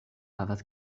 havas